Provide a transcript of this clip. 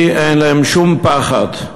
כי אין להם שום פחד.